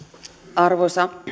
arvoisa